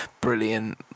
brilliant